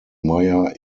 meyer